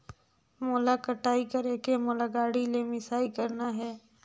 मोला कटाई करेके मोला गाड़ी ले मिसाई करना हे?